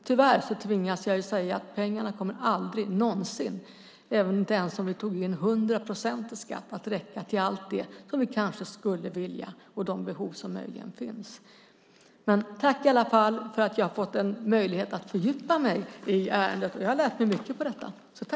Tyvärr tvingas jag dock säga att pengarna aldrig någonsin kommer att räcka - inte ens om vi tog in 100 procent i skatt - till allt det som vi kanske skulle vilja göra och för de behov som möjligen finns. Jag tackar för att jag fått en möjlighet att fördjupa mig i ärendet. Jag har lärt mig mycket på detta.